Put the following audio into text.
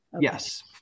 yes